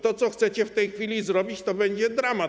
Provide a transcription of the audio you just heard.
To, co chcecie w tej chwili zrobić, to będzie dramat.